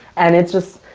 and it's just,